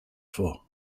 for